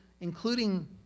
including